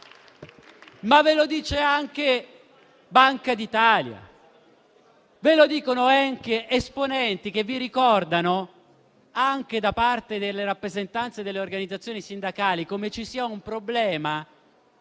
Ma ve lo dice anche Banca d'Italia; ve lo dicono esponenti che vi ricordano, da parte delle rappresentanze delle organizzazioni sindacali, come ci siano due problemi.